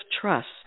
trust